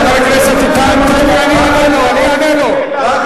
לא, לבד.